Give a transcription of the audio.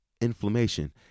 Inflammation